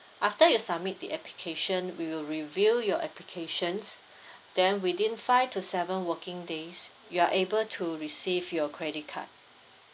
after you submit the application we will review your application then within five to seven working days you are able to receive your credit card